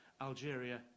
Algeria